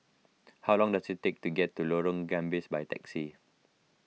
how long does it take to get to Lorong Gambas by taxi